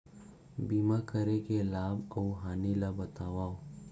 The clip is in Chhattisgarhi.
बीमा करे के लाभ अऊ हानि ला बतावव